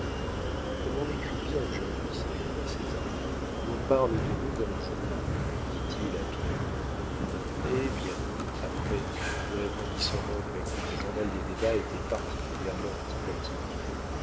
comme on écrit bien aujourd'hui s'écria césar l'on parle de nous dans le journal dit-il à pillerault eh bien après lui répondit son oncle à qui le journal des débats était particulièrement antipathique